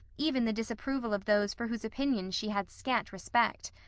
even the disapproval of those for whose opinions she had scant respect.